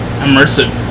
immersive